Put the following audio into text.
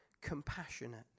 compassionate